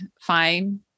fine